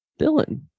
Dylan